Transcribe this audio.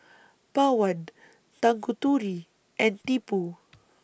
Pawan Tanguturi and Tipu